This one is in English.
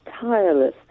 tireless